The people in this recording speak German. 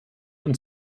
und